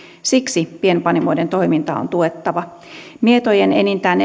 siksi pienpanimoiden toimintaa on tuettava mietojen enintään